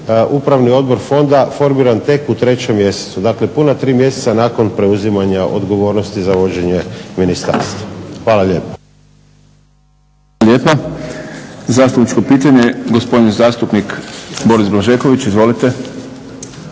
Upravni odbor Fonda formiran tek u trećem mjesecu. Dakle, puna tri mjeseca nakon preuzimanja odgovornosti za vođenje ministarstva. Hvala lijepa. **Šprem, Boris (SDP)** Hvala lijepa. Zastupničko pitanje gospodin zastupnik Boris Blažeković. Izvolite.